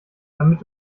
damit